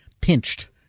pinched